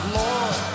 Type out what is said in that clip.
lord